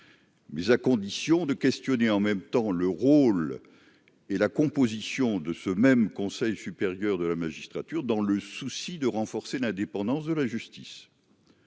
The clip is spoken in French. mais à condition de questionner en même temps, le rôle et la composition de ce même Conseil supérieur de la magistrature, dans le souci de renforcer l'indépendance de la justice,